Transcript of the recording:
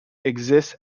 exists